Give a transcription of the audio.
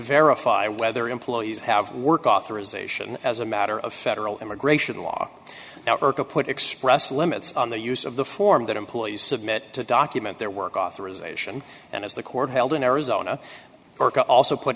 verify whether employees have work authorization as a matter of federal immigration law now put express limits on the use of the form that employees submit to document their work authorization and as the court held in arizona or can also put